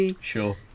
Sure